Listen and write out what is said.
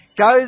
Goes